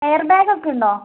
air bag ഒക്കെ ഉണ്ടോ